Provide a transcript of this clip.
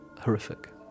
horrific